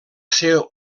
ser